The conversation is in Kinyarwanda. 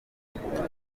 inshuti